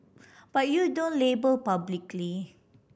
but you don't label publicly